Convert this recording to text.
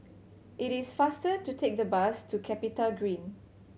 it is faster to take the bus to CapitaGreen